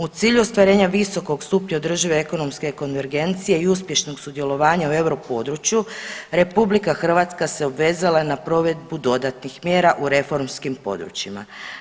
U cilju ostvarenja visokog stupnja održive ekonomske konvergencije i uspješnog sudjelovanja u europodručju RH se obvezala na provedbu dodatnih mjera u reformskim područjima.